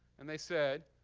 and they said,